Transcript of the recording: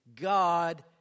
God